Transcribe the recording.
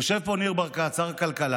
יושב פה ניר ברקת, שר הכלכלה,